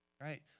Right